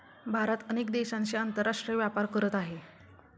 भारत अनेक देशांशी आंतरराष्ट्रीय व्यापार करत आहे